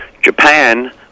Japan